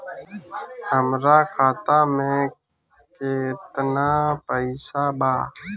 हमरा खाता में केतना पइसा बा?